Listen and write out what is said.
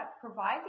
provide